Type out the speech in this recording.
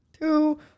two